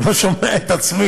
אני לא שומע את עצמי.